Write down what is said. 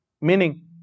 meaning